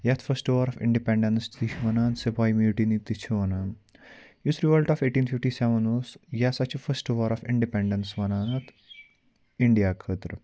یَتھ first war of independence تہِ چھِ وَنان سِپاے میوٹِنی تہِ چھِ وَنان یُس revolt of eighteen fifty seven اوس یہِ ہسا چھِ فٔسٹ وار آف اِنڈِپٮ۪نٛڈٮ۪نٕس وَنان اَتھ اِنڈیا خٲطرٕ